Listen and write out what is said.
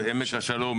בעמק השלום,